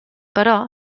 però